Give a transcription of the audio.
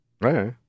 Right